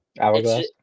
Hourglass